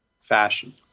fashion